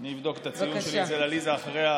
אני אבדוק את הציון שלי אצל עליזה אחרי,